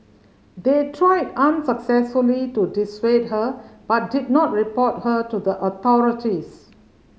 they tried unsuccessfully to dissuade her but did not report her to the authorities